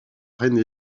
reine